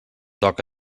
toc